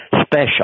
special